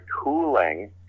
cooling